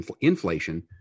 inflation